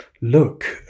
look